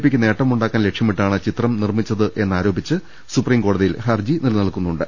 പിക്ക് നേട്ടമുണ്ടാക്കാൻ ലക്ഷ്യമിട്ടാണ് ചിത്രം നിർമ്മിച്ചതെന്നാരോപിച്ച് സുപ്രീംകോടതിയിൽ ഹർജി നിലനിൽക്കുന്നുണ്ട്